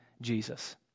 Jesus